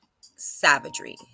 savagery